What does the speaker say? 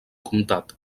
comtat